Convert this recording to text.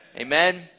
Amen